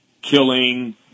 killing